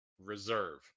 reserve